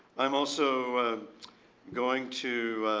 i'm also going to